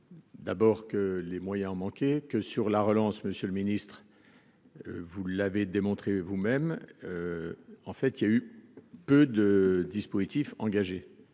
D'abord que les moyens en manquait que sur la relance, Monsieur le Ministre, vous l'avez démontré vous-même, en fait, il y a eu peu de dispositifs engagé